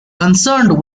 concerned